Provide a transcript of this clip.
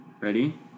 Ready